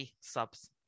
subs